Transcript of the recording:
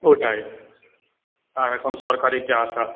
ওটাই আর এখন সরকারি যা তা